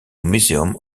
museum